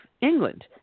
England